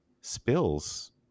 spills